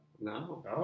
No